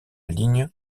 ligne